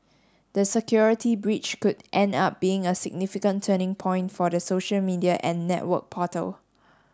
the security breach could end up being a significant turning point for the social media and network portal